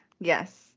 Yes